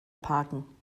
parken